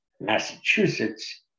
Massachusetts